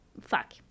Fuck